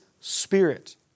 spirit